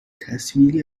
تصویری